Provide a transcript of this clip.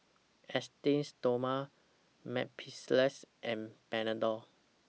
Esteem Stoma Mepilex and Panadol